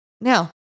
Now